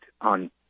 on